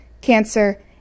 cancer